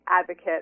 advocate